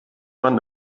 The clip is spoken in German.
man